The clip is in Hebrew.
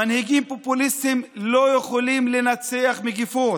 מנהיגים פופוליסטיים לא יכולים לנצח מגפות.